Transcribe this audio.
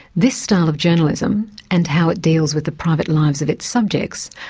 this style of journalism, and how it deals with the private lives of its subjects,